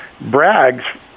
brags